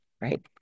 right